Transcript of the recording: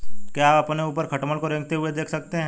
क्या आप अपने ऊपर खटमल को रेंगते हुए देख सकते हैं?